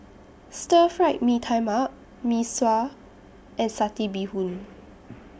Stir Fried Mee Tai Mak Mee Sua and Satay Bee Hoon